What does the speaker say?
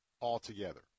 altogether